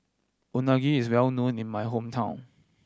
unagi is well known in my hometown